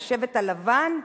ל"שבט הלבן".